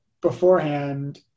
beforehand